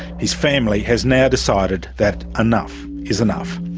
his family has now decided that enough is enough.